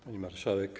Pani Marszałek!